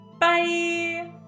bye